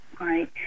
right